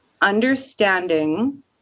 understanding